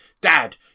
Dad